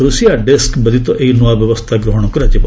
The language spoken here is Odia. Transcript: ରୁଷିଆ ଡେସ୍କ୍ ବ୍ୟତୀତ ଏହି ନୂଆ ବ୍ୟବସ୍ଥା ଗ୍ରହଣ କରାଯିବ